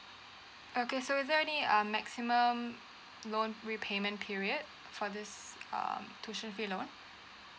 okay so is there any um maximum loan repayment period for this uh tuition fee loan